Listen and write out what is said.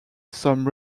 some